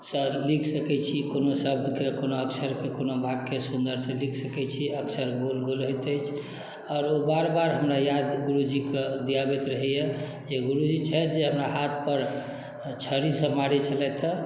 सँ लिख सकैत छी कोनो शब्दके कोनो अक्षरके कोनो वाक्यके सुन्दरसँ लिख सकैत छी अक्षर गोल गोल होइत अछि आओर ओ बार बार हमरा याद गुरूजीके दियाबैत रहैए जे गुरूजी छथि जे हमरा हाथपर छड़ीसँ मारैत छलैथ हे